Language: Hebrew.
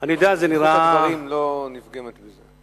אני יודע, זה נראה, הדברים לא נפגמת מזה.